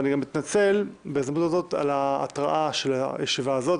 ואני גם מתנצל בהזדמנות הזאת על ההתראה של הישיבה הזאת.